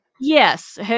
Yes